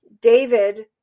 David